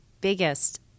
biggest